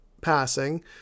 passing